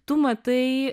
tu matai